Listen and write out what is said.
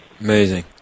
Amazing